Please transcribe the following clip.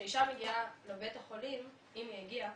כשאישה מגיעה לבית החולים אם היא הגיעה,